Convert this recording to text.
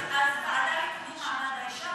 אז ועדה לקידום מעמד האישה,